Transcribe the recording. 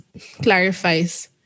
clarifies